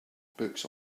books